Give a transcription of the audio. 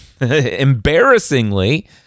embarrassingly